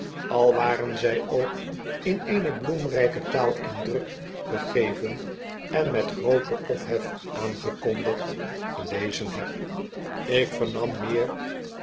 al waren z ook in eene bloemrijke taal in druk gegeven en met grooten ophef aangekondigd gelezen heb ik vernam